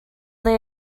they